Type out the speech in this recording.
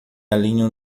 alinham